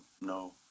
no